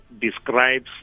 describes